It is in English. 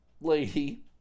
lady